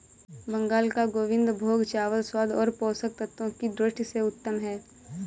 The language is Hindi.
बंगाल का गोविंदभोग चावल स्वाद और पोषक तत्वों की दृष्टि से उत्तम है